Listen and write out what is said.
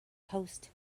coast